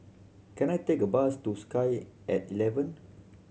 can I take a bus to Sky At Eleven